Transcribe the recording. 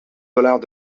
dollars